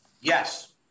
Yes